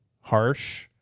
harsh